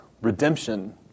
redemption